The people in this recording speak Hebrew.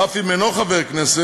אף אם אינו חבר הכנסת,